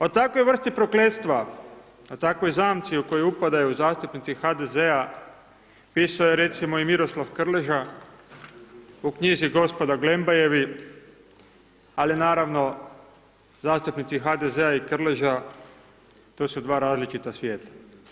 O takvoj vrsti prokletstva, o takvoj zamci u koju upadaju zastupnici HDZ-a, pisao je recimo i Miroslav Krleža u knjizi Gospoda Glembajevi, ali naravno, zastupnici HDZ-a i Krleža, to su dva različita svijeta.